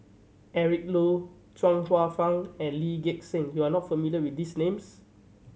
Eric Low Chuang Hsueh Fang and Lee Gek Seng you are not familiar with these names